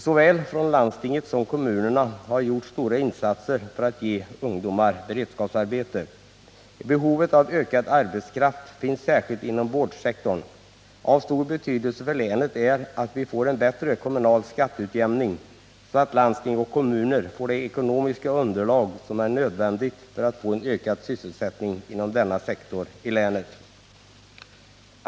Såväl från landstinget som från kommunerna har det gjorts stora insatser för att ge ungdomar beredskapsarbete. Behovet av ökad arbetskraft finns särskilt inom vårdsektorn. Av stor betydelse för länet är att vi får en bättre kommunal skatteutjämning, så att landsting och kommuner får det ekonomiska underlag som är nödvändigt för att i länet få en ökad sysselsättning inom denna sektor.